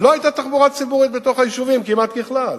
לא היתה תחבורה ציבורית בתוך היישובים כמעט ככלל.